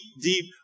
deep